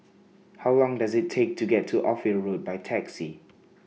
How Long Does IT Take to get to Ophir Road By Taxi